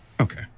Okay